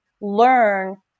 learn